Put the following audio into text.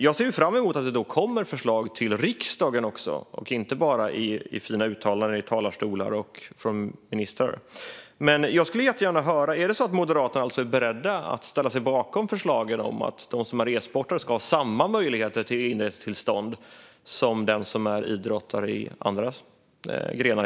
Jag ser fram emot att det kommer förslag till riksdagen och inte bara i fina uttalanden i talarstolar och från ministrar. Jag skulle jättegärna höra om det är så att Moderaterna är beredda att ställa sig bakom förslaget att e-sportare ska ha samma möjligheter till inresetillstånd som idrottare i andra grenar.